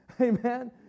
Amen